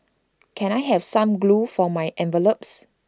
can I have some glue for my envelopes